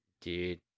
dude